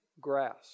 grass